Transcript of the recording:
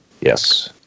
Yes